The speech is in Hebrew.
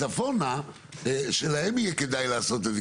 צפונה שלהם יהיה כדאי לעשות את זה.